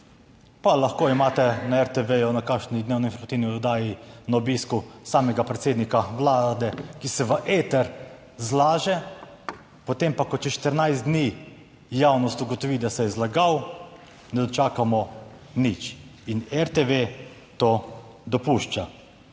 Pa lahko imate na RTV na kakšni dnevno informativni oddaji na obisku samega predsednika Vlade, ki se v eter zlaže, potem pa, ko čez 14 dni javnost ugotovi, da se je zlagal, ne dočakamo nič. In RTV to dopušča.